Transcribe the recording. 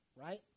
Right